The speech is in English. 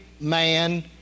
Man